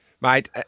Mate